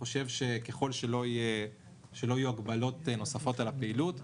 ככל שלא יהיו הגבלות נוספות על הפעילות,